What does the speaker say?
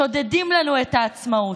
שודדים לנו את העצמאות.